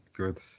good